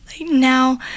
now